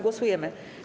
Głosujemy.